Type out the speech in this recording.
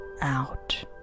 out